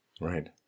Right